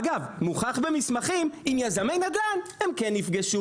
אגב, מוכח במסמכים שעם יזמי נדל"ן הם כן נפגשו.